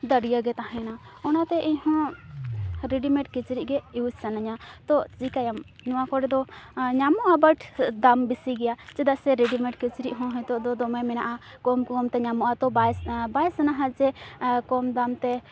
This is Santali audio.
ᱫᱟᱹᱨᱭᱟᱹᱜᱮ ᱛᱟᱦᱮᱱᱟ ᱚᱱᱟᱛᱮ ᱤᱧᱦᱚᱸ ᱨᱮᱰᱤᱢᱮᱰ ᱠᱤᱪᱨᱤᱡᱽᱜᱮ ᱤᱭᱩᱡᱽ ᱥᱟᱱᱟᱧᱟ ᱛᱳ ᱪᱤᱠᱟᱹᱭᱟᱢ ᱱᱚᱣᱟ ᱠᱚᱨᱮᱫᱚ ᱧᱟᱢᱚᱜᱼᱟ ᱵᱟᱴ ᱫᱟᱢ ᱵᱤᱥᱤ ᱜᱮᱭᱟ ᱪᱮᱫᱟᱜ ᱥᱮ ᱨᱮᱰᱤᱢᱮᱰ ᱠᱤᱪᱨᱤᱡᱦᱚᱸ ᱦᱤᱛᱚᱜ ᱫᱚ ᱫᱚᱢᱮ ᱢᱮᱱᱟᱜᱼᱟ ᱠᱚᱢ ᱠᱚᱢᱛᱮ ᱧᱟᱢᱚᱜᱼᱟ ᱛᱚ ᱵᱟᱥ ᱵᱟᱭᱥᱟᱱᱟᱦᱟ ᱡᱮ ᱠᱚᱢ ᱫᱟᱢᱛᱮ